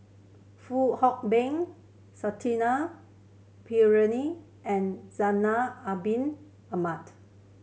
Fong Hoe Beng Pereira and Zainal Abidin Ahmad